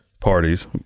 Parties